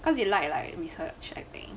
cause they like like research and then